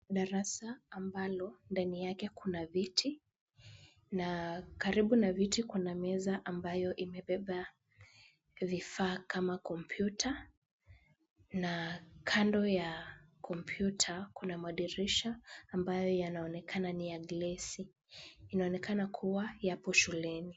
Darasa ambalo ndani yake kuna viti na karibu na viti kuna meza ambayo imebeba vifaa kama kompyuta na kando ya kompyuta kuna madirisha ambayo yanaonekana ni ya glesi. Inaonekana kuwa yapo shuleni.